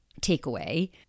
takeaway